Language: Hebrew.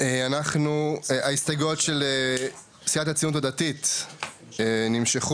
אנחנו בהסתייגויות של סיעת "הציונות הדתית" נמשכו.